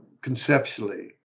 conceptually